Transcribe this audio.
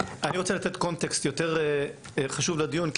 אני רוצה לתת קונטקסט יותר חשוב לדיון,